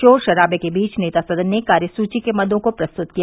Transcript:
शोर शराबे के बीच नेता सदन ने कार्यसूची के मदों को प्रस्तुत किया